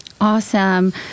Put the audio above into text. Awesome